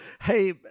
Hey